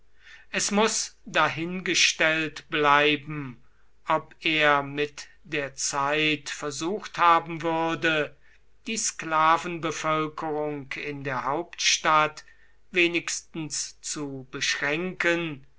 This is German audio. es muß dahingestellt bleiben ob er mit der zeit versucht haben würde die sklavenbevölkerung in der hauptstadt wenigstens zu beschränken